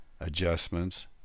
Adjustments